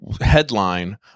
headline